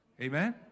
Amen